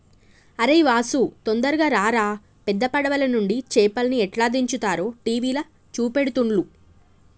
అరేయ్ వాసు తొందరగా రారా పెద్ద పడవలనుండి చేపల్ని ఎట్లా దించుతారో టీవీల చూపెడుతుల్ను